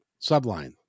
subline